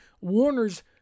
Warner's